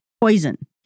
poison